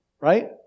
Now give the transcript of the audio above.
right